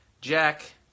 Jack